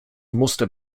musste